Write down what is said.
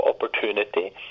opportunity